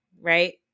right